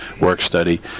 work-study